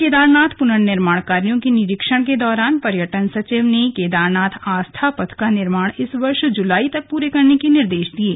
केदारनाथ पुनर्निर्माण कार्यों के निरीक्षण के दौरान पर्यटन सचिव ने केदारनाथ आस्था पथ का निर्माण इस वर्ष जुलाई तक पूरे करने के निर्देश दिये